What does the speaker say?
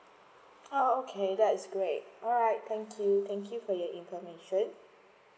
oh okay that's great all right thank you thank you for your information